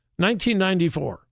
1994